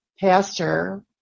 pastor